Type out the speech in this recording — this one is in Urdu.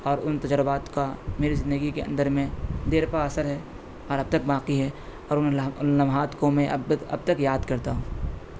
اور ان تجربات کا میری زندگی کے اندر میں دیر پا اثر ہے اور اب تک باقی ہے اور ان لمحات کو اب تک یاد کرتا ہوں